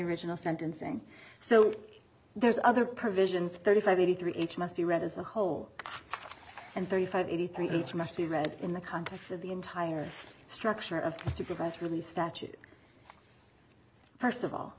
original sentencing so there's other provisions thirty five eighty three each must be read as a whole and thirty five eighty three each must be read in the context of the entire structure of supervised release statute